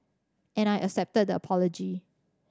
and I accepted the apology